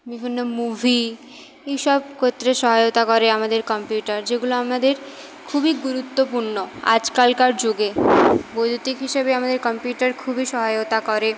বিভিন্ন মুভি এই সব কত্রে সহায়তা করে আমাদের কম্পিউটার যেগুলো আমাদের খুবই গুরুত্বপূর্ণ আজকালকার যুগে বৈদ্যুতিক হিসাবে আমাদের কম্পিউটার খুবই সহায়তা করে